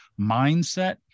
mindset